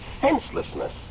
senselessness